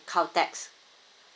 caltex